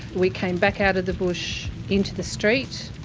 we came back out of the bush into the street.